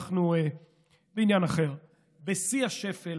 אנחנו בעניין אחר, בשיא השפל